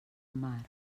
mar